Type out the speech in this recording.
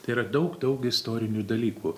tai yra daug daug istorinių dalykų